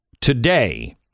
today